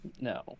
No